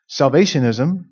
Salvationism